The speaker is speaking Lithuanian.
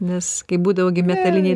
nes kai būdavo gi metaliniai